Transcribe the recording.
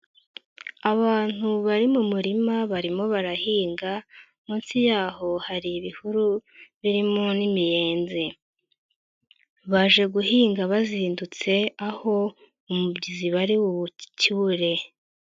Abantu bari mu murima barimo barahinga munsi yaho hari ibihuru birimo n'imiyenzi, baje guhinga bazindutse aho umubyizi bari buwucyure.